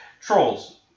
Trolls